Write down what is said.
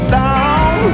down